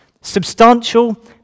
substantial